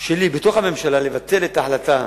שלי בתוך הממשלה לבטל את ההחלטה